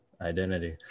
identity